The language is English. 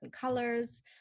colors